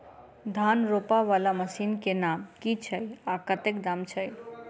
धान रोपा वला मशीन केँ नाम की छैय आ कतेक दाम छैय?